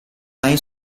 line